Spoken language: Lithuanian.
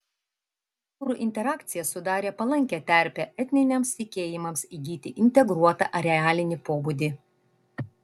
kultūrų interakcija sudarė palankią terpę etniniams tikėjimams įgyti integruotą arealinį pobūdį